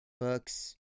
books